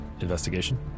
Investigation